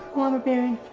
lumber baron,